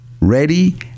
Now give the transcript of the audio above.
ready